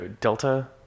Delta